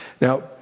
Now